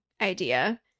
idea